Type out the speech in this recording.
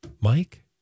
Mike